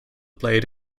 played